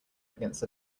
against